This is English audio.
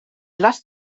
last